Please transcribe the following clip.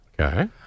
Okay